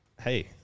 hey